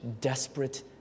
desperate